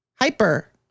Hyper